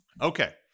Okay